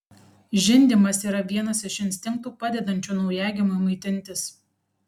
žindymas yra vienas iš instinktų padedančių naujagimiui maitintis